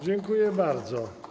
Dziękuję bardzo.